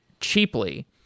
cheaply